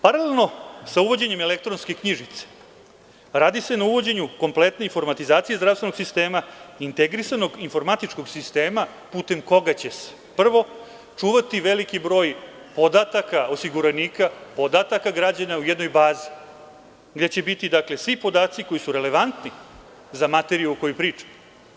Paralelno sa uvođenjem elektronske knjižice radi se na uvođenju kompletne informatizacije zdravstvenog sistema, integrisanog informatičkog sistema putem koga će se, prvo, čuvati veliki broj podataka osiguranika, podataka građana u jednoj bazi, gde će biti svi podaci koji su relevantni za materiju o kojoj pričam.